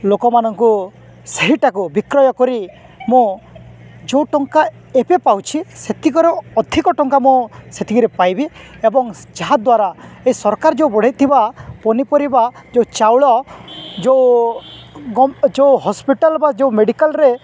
ଲୋକମାନଙ୍କୁ ସେହିଟାକୁ ବିକ୍ରୟ କରି ମୁଁ ଯେଉଁ ଟଙ୍କା ଏବେ ପାଉଛି ସେତିକରେ ଅଧିକ ଟଙ୍କା ମୁଁ ସେତିକିରେ ପାଇବି ଏବଂ ଯାହାଦ୍ୱାରା ଏ ସରକାର ଯେଉଁ ବଢ଼େଇଥିବା ପନିପରିବା ଯେଉଁ ଚାଉଳ ଯେଉଁ ଯେଉଁ ହସ୍ପିଟାଲ ବା ଯେଉଁ ମେଡ଼ିକାଲରେ